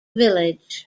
village